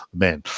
man